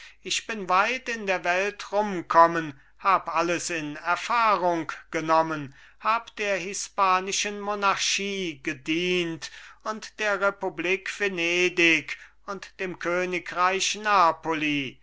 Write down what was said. ich bin weit in der welt rumkommen hab alles in erfahrung genommen hab der hispanischen monarchie gedient und der republik venedig und dem königreich napoli